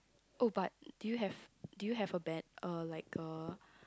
oh but do you have do you have a bed uh like a